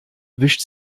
wischt